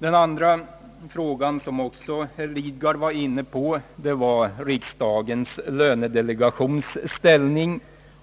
Herr Lidgard talade vidare om riksdagens lönedelegations ställning.